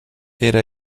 era